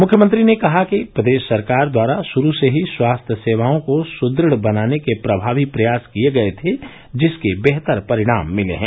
मुख्यमंत्री ने कहा कि प्रदेश सरकार द्वारा शुरू से ही स्वास्थ्य सेवाओं को सुदृढ़ बनाने के प्रमावी प्रयास किये गये थे जिसके बेहतर परिणाम मिले हैं